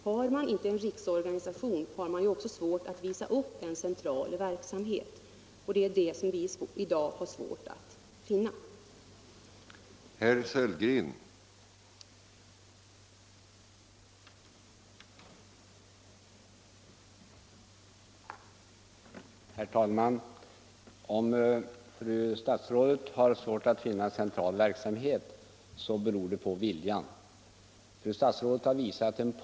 Har man inte en riksorganisation är det naturligtvis svårt att visa upp en central verksamhet, och det är en sådan som vi i dag har svårt att finna.